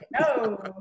No